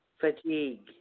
FATIGUE